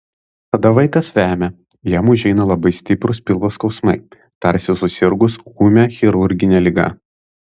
tada vaikas vemia jam užeina labai stiprūs pilvo skausmai tarsi susirgus ūmia chirurgine liga